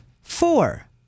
Four